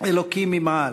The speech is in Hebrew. אלוקי ממעל,